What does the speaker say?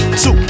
two